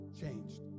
changed